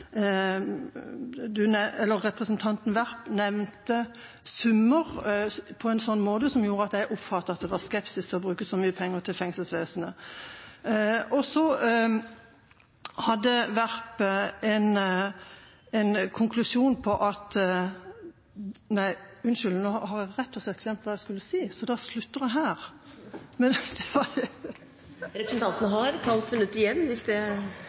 skepsis til å bruke så mye penger til fengselsvesenet. Så hadde Werp en konklusjon på at … Nå har jeg rett og slett glemt hva jeg skulle si, så da slutter jeg her. Representanten har et halvt minutt igjen, hvis det